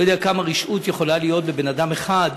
אני לא יודע כמה רשעות יכולה להיות בבן-אדם אחד.